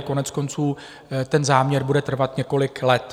Koneckonců, ten záměr bude trvat několik let.